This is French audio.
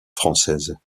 françaises